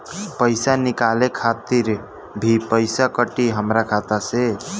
पईसा निकाले खातिर भी पईसा कटी हमरा खाता से?